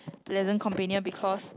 pleasant companion because